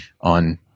on